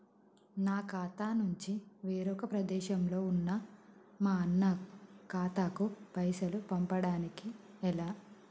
నా ఖాతా నుంచి వేరొక ప్రదేశంలో ఉన్న మా అన్న ఖాతాకు పైసలు పంపడానికి ఎలా?